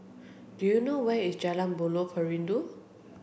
do you know where is Jalan Buloh Perindu